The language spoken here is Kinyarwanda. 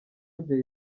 jay